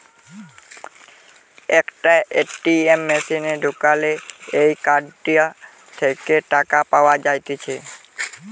একটা এ.টি.এম মেশিনে ঢুকালে এই কার্ডটা থেকে টাকা পাওয়া যাইতেছে